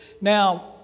Now